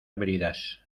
bridas